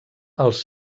els